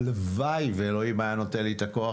הלוואי ואלוהים היה נותן לי את הכוח